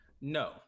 No